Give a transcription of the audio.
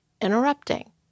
interrupting